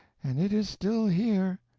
and it is still here.